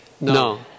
No